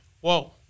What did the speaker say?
Whoa